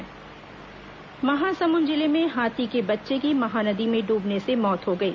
हाथी मौत महासमुंद जिले में हाथी के बच्चे की महानदी में डूबने से मौत हो गई